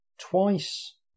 twice